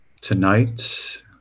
tonight